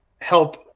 help